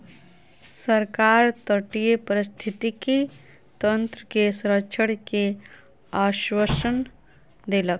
सरकार तटीय पारिस्थितिकी तंत्र के संरक्षण के आश्वासन देलक